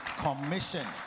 Commission